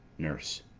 nurse.